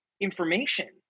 information